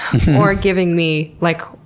or giving me, like,